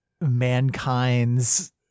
mankind's